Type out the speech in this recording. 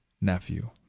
nephew